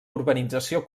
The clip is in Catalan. urbanització